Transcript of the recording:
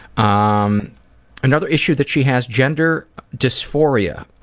um another issue that she has gender disphoria.